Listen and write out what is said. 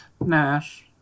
Nash